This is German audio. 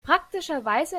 praktischerweise